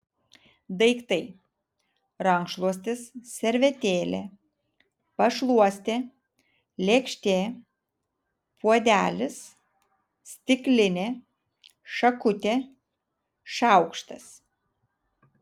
daiktai rankšluostis servetėlė pašluostė lėkštė puodelis stiklinė šakutė šaukštas